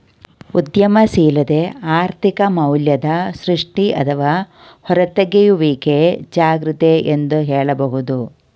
ಉದ್ಯಮಶೀಲತೆ ಆರ್ಥಿಕ ಮೌಲ್ಯದ ಸೃಷ್ಟಿ ಅಥವಾ ಹೂರತೆಗೆಯುವಿಕೆ ಯಾಗೈತೆ ಎಂದು ಹೇಳಬಹುದು